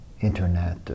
internet